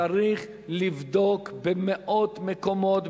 צריך לבדוק במאות מקומות,